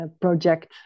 project